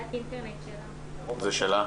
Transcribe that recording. לא,